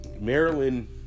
Maryland